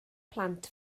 plant